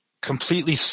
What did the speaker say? completely